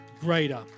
greater